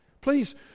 Please